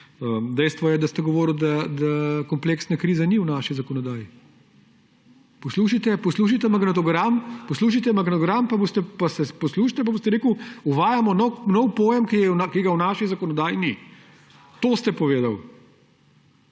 dejstvo je, da ste govorili, da kompleksne krize ni v naši zakonodaji. Poslušajte magnetogram, poslušajte magnetogram, pa se poslušajte, pa boste rekli, uvajamo nov pojem, ki ga v naši zakonodaji ni. To ste povedali.